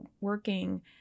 working